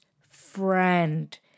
friend